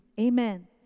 Amen